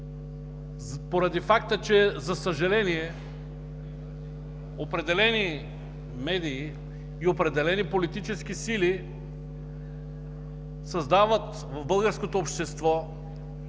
поради факта, че, за съжаление, определени медии и определени политически сили създават в българското общество